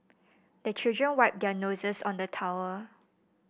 the children wipe their noses on the towel